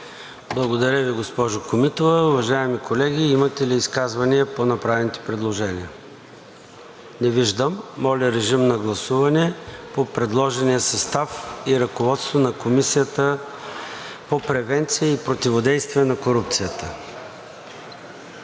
Благодаря Ви, госпожо Комитова. Уважаеми колеги, имате ли изказвания по направените предложения? Не виждам. Моля, режим на гласуване по предложения състав и ръководство на Комисията по превенция и противодействие на корупцията.